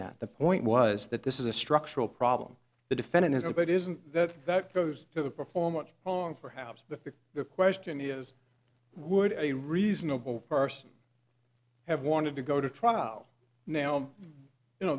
that the point was that this is a structural problem the defendant isn't it isn't that that goes to the performance oh and for how the the question is would a reasonable person have wanted to go to trial now you know